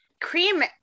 cream